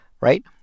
right